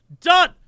Done